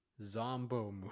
Zombo